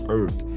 earth